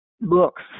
books